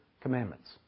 commandments